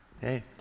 hey